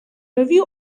review